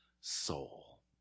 soul